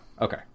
Okay